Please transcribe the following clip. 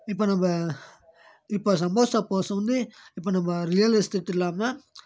இப்போ நம்ம இப்போ சப்போஸ் சப்போஸ் வந்து இப்போ நம்ம ரியல் எஸ்டேட் இல்லாமல்